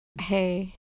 hey